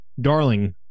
darling